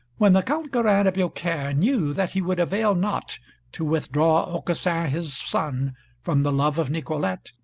when the count garin de biaucaire knew that he would avail not to withdraw aucassin his son from the love of nicolete,